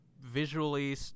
visually